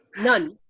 none